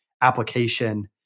application